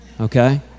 okay